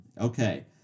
Okay